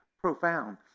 profound